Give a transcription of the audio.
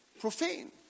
profane